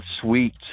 sweet